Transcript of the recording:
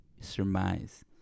surmise